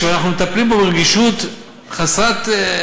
זאת עובדה.